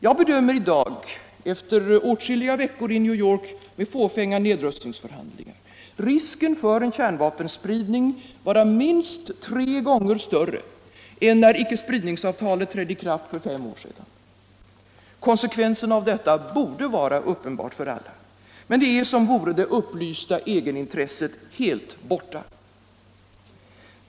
Jag bedömer i dag, efter åtskilliga veckor i New York i fåfänga nedrustningsförhandlingar, risken för en kärnvapenspridning vara minst tre gånger större än när icke-spridningsavtalet trädde i kraft för fem år sedan. Konsekvensen av detta borde vara uppenbar för alla, men det är som vore det upplysta egenintresset helt borta.